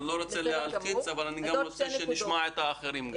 אני לא רוצה להלחיץ אבל גם רוצה שנשמע את האחרים.